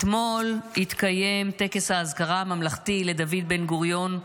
אתמול התקיים טקס האזכרה הממלכתי לדוד בן-גוריון,